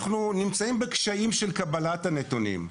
אנחנו נמצאים בקשיים בקבלת הנתונים.